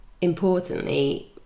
importantly